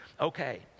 okay